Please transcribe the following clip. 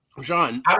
Sean